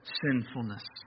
sinfulness